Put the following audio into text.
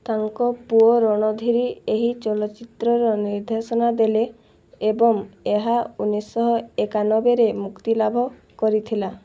ତାଙ୍କ ପୁଅ ରଣଧୀରି ଏହି ଚଳଚ୍ଚିତ୍ରର ନିର୍ଦ୍ଦେଶନା ଦେଲେ ଏବଂ ଏହା ଉଣେଇଶହ ଏକାନବେରେ ମୁକ୍ତିଲାଭ କରିଥିଲା